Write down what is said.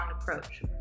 approach